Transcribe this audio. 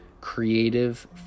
creative